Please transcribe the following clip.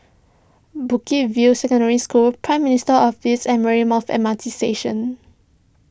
Bukit View Secondary School Prime Minister's Office and Marymount M R T Station